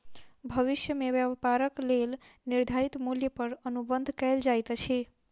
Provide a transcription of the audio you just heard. भविष्य में व्यापारक लेल निर्धारित मूल्य पर अनुबंध कएल जाइत अछि